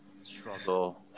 struggle